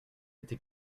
été